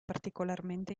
particolarmente